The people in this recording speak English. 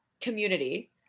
community